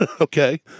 Okay